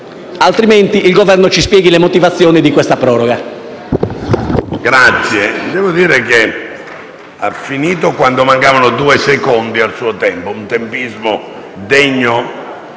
altrimenti il Governo ci spieghi le motivazioni di questa proroga.